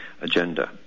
agenda